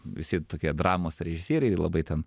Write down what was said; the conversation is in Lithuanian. visi tokie dramos režisieriai labai ten